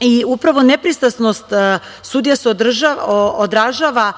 i upravo nepristrasnost sudija se odražava